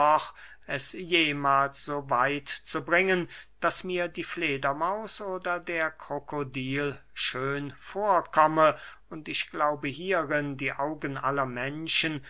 es jemahls so weit zu bringen daß mir die fledermaus oder der krokodil schön vorkomme und ich glaube hierin die augen aller menschen